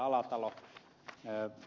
alatalo ed